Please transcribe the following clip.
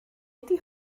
ydy